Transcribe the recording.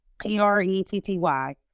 P-R-E-T-T-Y